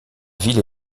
ville